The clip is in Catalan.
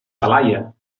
talaia